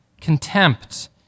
contempt